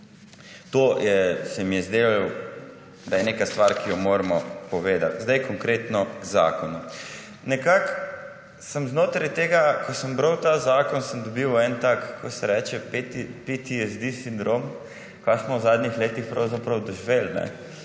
To se mi je zdelo, da je neka stvar, ki jo moramo povedati. Sedaj konkretno k zakonu. Nekako sem znotraj tega, ko sem bral ta zakon, sem dobil en tak, kako se reče, /nerazumljivo/ sindrom, kaj smo v zadnjih letih pravzaprav doživeli.